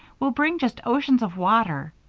we'll bring just oceans of water